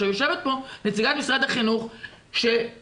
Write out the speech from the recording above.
יושבת פה נציגת משרד החינוך שאני